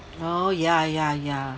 oh ya ya ya